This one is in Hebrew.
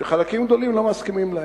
שחלקים גדולים לא מסכימים להן,